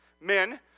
men